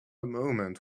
moment